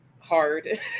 hard